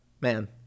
man